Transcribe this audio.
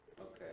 Okay